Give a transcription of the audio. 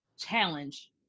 challenge